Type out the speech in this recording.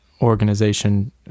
organization